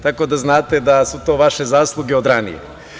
Tako da znate da su to vaše zasluge od ranije.